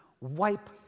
wipe